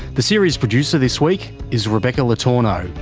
the series producer this week is rebecca le tourneau.